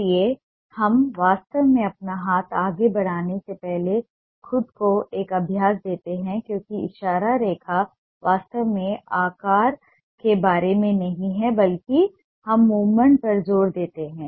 इसलिए हम वास्तव में अपना हाथ आगे बढ़ाने से पहले खुद को एक अभ्यास देते हैं क्योंकि इशारा रेखा वास्तव में आकार के बारे में नहीं है बल्कि हम मूवमेंट पर जोर देते हैं